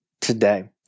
today